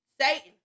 Satan